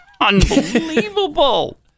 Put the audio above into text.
Unbelievable